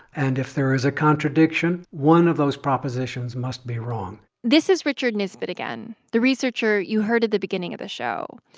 and if there is a contradiction, one of those propositions must be wrong this is richard nisbett again the researcher you heard of the beginning of the show.